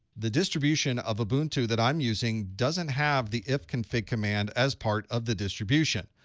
the distribution of ubuntu that i'm using doesn't have the ifconfig command as part of the distribution,